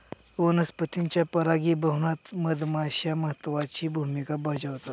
वनस्पतींच्या परागीभवनात मधमाश्या महत्त्वाची भूमिका बजावतात